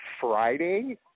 Friday